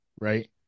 right